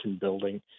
building